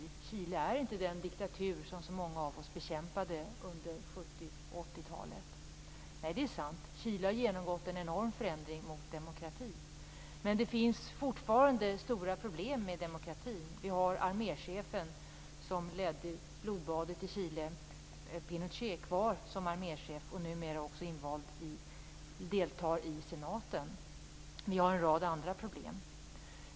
Chile är inte den diktatur som så många av oss bekämpade under 70 och 80-talet. Det är sant. Chile har genomgått en enorm förändring mot demokrati. Men det finns fortfarande stora problem med demokratin. Arméchefen som ledde blodbadet i Chile, Pinochet, är kvar som arméchef och deltar numera också i senaten. Det finns också en rad andra problem.